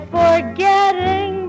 forgetting